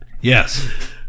Yes